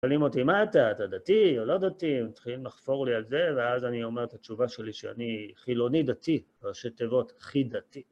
שואלים אותי, מה אתה? אתה דתי או לא דתי? הוא התחיל לחפור לי על זה, ואז אני אומר את התשובה שלי, שאני חילוני דתי, בראשי תיבות, חי דתי.